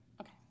Okay